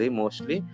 mostly